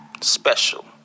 Special